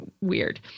weird